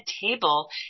table